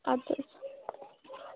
اَدٕ حظ